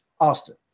Austin